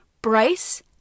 Bryce